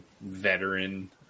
veteran